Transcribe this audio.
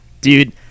Dude